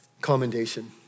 commendation